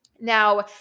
now